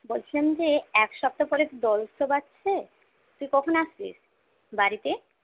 বলছিলাম যে এক সপ্তাহ পরে দোল উৎসব আসছে তুই কখন আসছিস বাড়িতে